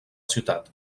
ciutat